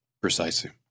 Precisely